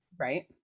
right